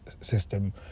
system